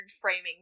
framing